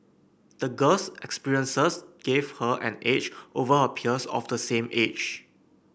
the girl's experiences gave her an edge over her peers of the same age